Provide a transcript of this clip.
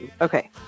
okay